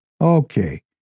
Okay